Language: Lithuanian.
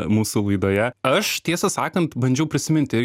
mūsų laidoje aš tiesą sakant bandžiau prisiminti